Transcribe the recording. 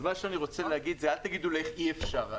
תגידו לי אי אפשר.